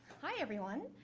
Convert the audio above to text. hi everyone.